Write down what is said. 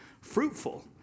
fruitful